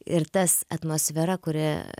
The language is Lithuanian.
ir tas atmosfera kuri